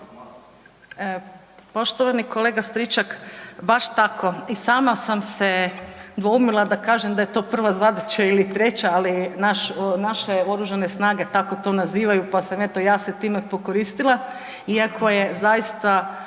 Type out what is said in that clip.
Poštovani kolega Stričak, baš tako, i sama sam se dvoumila da kažem da je to prva zadaća ili treća, ali naše Oružane snage tako to nazivaju pa sam eto ja se time pokoristila iako je zaista